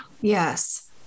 yes